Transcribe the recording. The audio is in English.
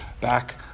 back